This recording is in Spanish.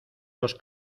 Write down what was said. los